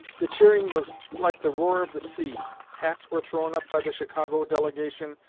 the cheering was like the roar of the sea. hats were thrown up by the chicago delegation,